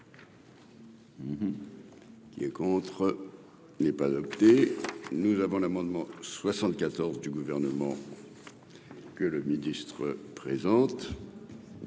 Il est contre, n'est pas adopté, nous avons l'amendement 74 du gouvernement que le ministre présente.